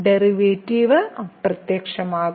derivative അപ്രത്യക്ഷമാകും